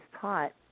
taught